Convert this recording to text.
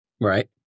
Right